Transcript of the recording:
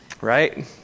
right